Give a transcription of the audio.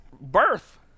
birth